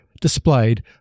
displayed